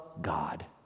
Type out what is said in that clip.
God